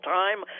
time